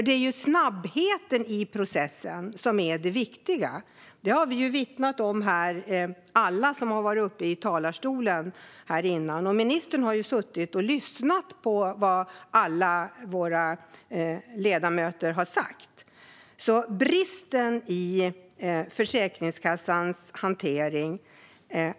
Det är snabbheten i processen som är det viktiga. Det har vi vittnat om här, alla som varit uppe i talarstolen tidigare, och ministern har ju suttit och lyssnat på vad alla våra ledamöter har sagt. Det finns brister i Försäkringskassans hantering.